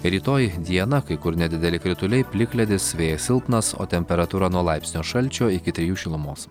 rytoj dieną kai kur nedideli krituliai plikledis vėjas silpnas o temperatūra nuo laipsnio šalčio iki trijų šilumos